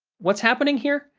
what's happening here?